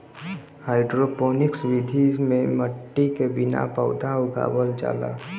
hydroponics विधि में मट्टी के बिना पौधा उगावल जाला